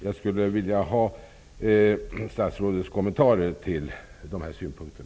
Jag vill ha statsrådets kommentarer till dessa synpunkter.